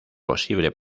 posible